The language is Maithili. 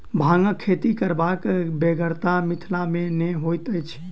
भांगक खेती करबाक बेगरता मिथिला मे नै होइत अछि